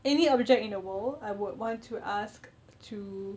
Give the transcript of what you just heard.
any object in the world I would want to ask to